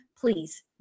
please